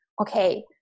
okay